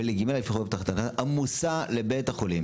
ולגמלה לפי חוק הבטחת הכנסה המוסע לבית החולים